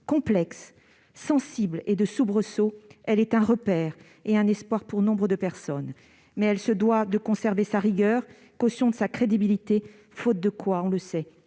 par tant de soubresauts, elle est un repère et un espoir pour nombre de personnes. Mais elle se doit de conserver sa rigueur, caution de sa crédibilité, faute de quoi- on le sait